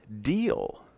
deal